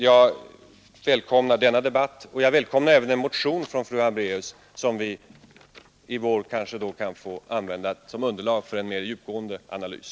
Jag välkomnar denna debatt, och jag välkomnar även en motion från fru Hambraeussom vi i vår kan få använda som underlag för en mer djupgående analys.